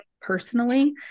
personally